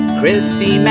Christy